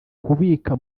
kubika